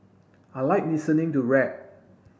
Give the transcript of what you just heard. I like listening to rap